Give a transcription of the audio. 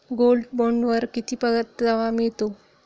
Gold बॉण्डवर किती परतावा मिळतो?